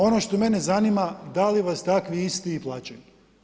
Ono što mene zanima, da li vas takvi isti i plaćaju?